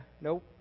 Nope